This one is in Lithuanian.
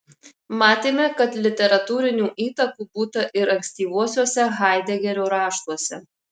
matėme kad literatūrinių įtakų būta ir ankstyvuosiuose haidegerio raštuose